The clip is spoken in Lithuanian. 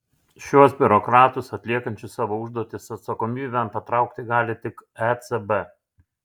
šiuos biurokratus atliekančius savo užduotis atsakomybėn patraukti gali tik ecb